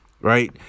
right